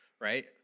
right